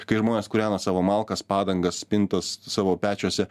kai žmonės kūrena savo malkas padangas spintas savo pečiuose